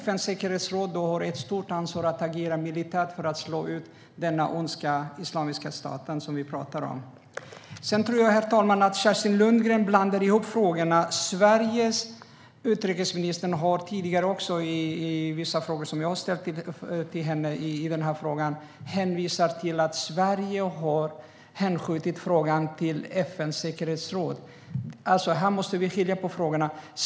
FN:s säkerhetsråd har ett stort ansvar att agera militärt för att slå ut denna ondska, Islamiska staten, som vi talar om. Herr talman! Jag tror att Kerstin Lundgren blandar ihop frågorna. Sveriges utrikesminister har tidigare som svar på vissa frågor som jag ställt till henne i den här frågan hänvisat till att Sverige har hänskjutit frågan till FN:s säkerhetsråd. Här måste vi skilja på frågorna.